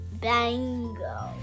Bingo